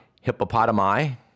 hippopotami